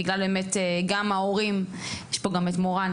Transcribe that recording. באמת בגלל ההורים ויש פה גם את מורן